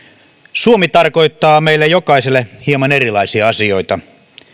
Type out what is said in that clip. suomi tarkoittaa meille jokaiselle hieman erilaisia asioita